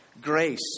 Grace